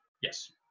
Yes